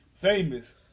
famous